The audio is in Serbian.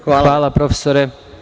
Hvala profesore.